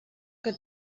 que